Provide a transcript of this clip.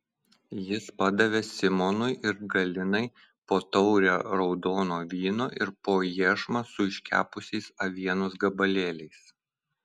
jis padavė simonui ir galinai po taurę raudono vyno ir po iešmą su iškepusiais avienos gabalėliais